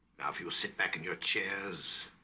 now if you'll sit back in your chairs